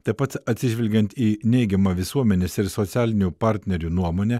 taip pat atsižvelgiant į neigiamą visuomenės ir socialinių partnerių nuomonę